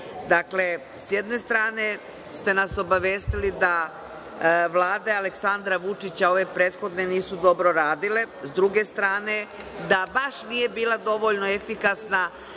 Dakle, sa jedne strane ste nas obavestili da vlade Aleksandra Vučića, ove prethodne, nisu dobro radile. Sa druge strane, da nije bila dovoljno efikasna